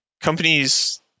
Companies